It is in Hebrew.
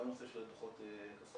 גם נושא של דוחות כספיים.